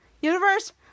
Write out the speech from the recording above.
Universe